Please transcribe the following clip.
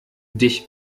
dich